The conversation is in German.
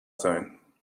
sein